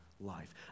life